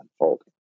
unfolding